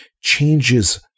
changes